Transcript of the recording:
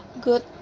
good